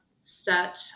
set